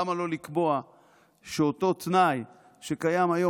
למה לא לקבוע שאותו תנאי שקיים היום